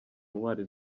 ntwari